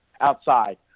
outside